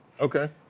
Okay